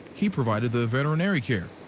he provided the veterinary care.